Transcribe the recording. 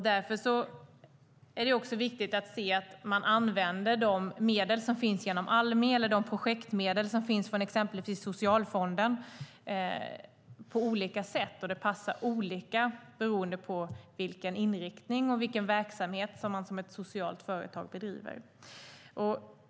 Därför är det också viktigt att se att man använder de medel som finns genom Almi och de projektmedel som finns hos exempelvis Socialfonden på sätt som passar de olika inriktningar och verksamheter som sociala företag har.